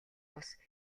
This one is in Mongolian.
бус